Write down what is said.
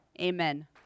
amen